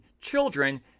children